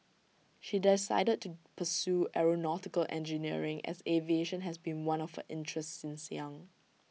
she decided to pursue aeronautical engineering as aviation has been one of interests since young